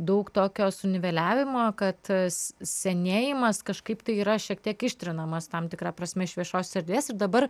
daug tokio suniveliavimo kad senėjimas kažkaip tai yra šiek tiek ištrinamas tam tikra prasme iš viešos erdvės ir dabar